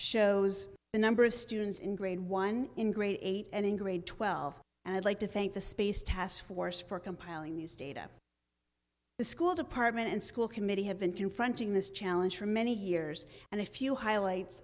shows the number of students in grade one in grade eight and in grade twelve and i'd like to thank the space taskforce for compiling these data the school department and school committee have been confronting this challenge for many years and a few highlights